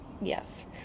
Yes